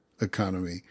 economy